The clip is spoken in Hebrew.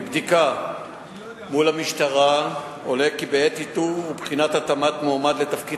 מבדיקה מול המשטרה עולה כי בעת האיתור ובבחינה של התאמת מועמד לתפקיד